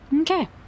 okay